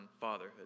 fatherhood